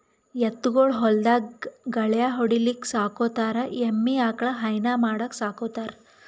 ಎತ್ತ್ ಗೊಳ್ ಹೊಲ್ದಾಗ್ ಗಳ್ಯಾ ಹೊಡಿಲಿಕ್ಕ್ ಸಾಕೋತಾರ್ ಎಮ್ಮಿ ಆಕಳ್ ಹೈನಾ ಮಾಡಕ್ಕ್ ಸಾಕೋತಾರ್